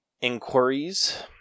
inquiries